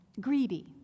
greedy